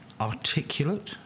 articulate